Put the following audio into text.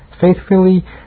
faithfully